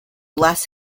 bless